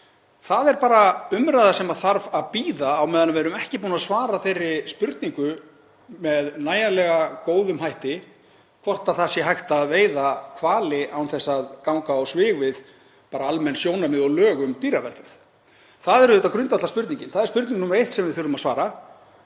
það er bara umræða sem þarf að bíða á meðan við erum ekki búin að svara þeirri spurningu með nægilega góðum hætti hvort það sé hægt að veiða hvali án þess að ganga á svig við almenn sjónarmið og lög um dýravelferð. Það er auðvitað grundvallarspurningin. Það er spurning númer eitt sem við þurfum að svara